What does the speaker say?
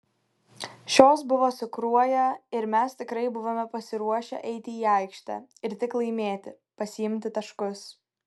šios buvo su kruoja ir mes tikrai buvome pasiruošę eiti į aikštę ir tik laimėti pasiimti taškus